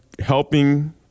helping